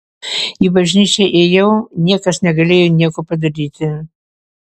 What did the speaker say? į bažnyčią ėjau niekas negalėjo nieko padaryti